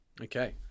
okay